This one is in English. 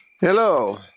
Hello